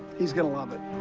he's gonna love it.